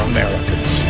Americans